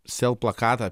sel plakatą